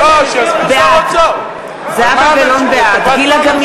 בעד גילה גמליאל,